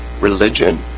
religion